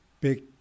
big